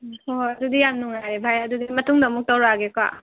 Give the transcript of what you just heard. ꯎꯝ ꯍꯣꯏ ꯍꯣꯏ ꯑꯗꯨꯗꯤ ꯌꯥꯝ ꯅꯨꯡꯉꯥꯏꯔꯦ ꯚꯥꯏ ꯑꯗꯨꯗꯤ ꯃꯇꯨꯡꯗ ꯑꯃꯨꯛ ꯇꯧꯔꯛꯑꯒꯦꯀꯣ